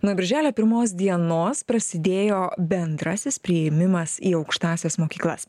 nuo birželio pirmos dienos prasidėjo bendrasis priėmimas į aukštąsias mokyklas